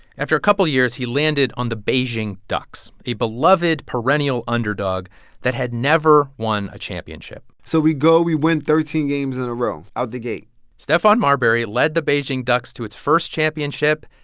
after a couple of years, he landed on the beijing ducks, a beloved perennial underdog that had never won a championship so we go. we win thirteen games in a row, out the gate stephon marbury led the beijing ducks to its first championship,